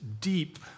deep